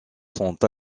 sont